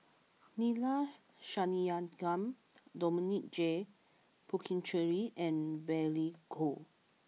Neila Sathyalingam Dominic J Puthucheary and Billy Koh